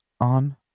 on